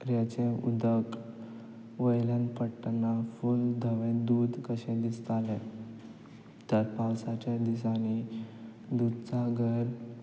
झऱ्याचें उदक वयल्यान पडटना फूल धवें दूद कशें दिसतालें तर पावसाच्या दिसांनी दुधसागर